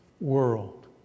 world